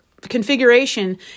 configuration